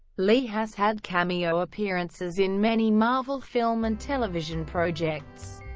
lee has had cameo appearances in many marvel film and television projects.